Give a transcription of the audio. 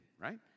right